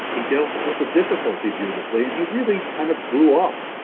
he dealt with the difficulty beautifully and he really kind of grew up.